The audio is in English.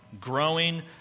growing